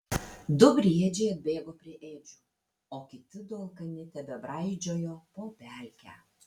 du briedžiai atbėgo prie ėdžių o kiti du alkani tebebraidžiojo po pelkę